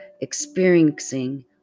experiencing